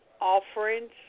offerings